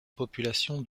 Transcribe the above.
population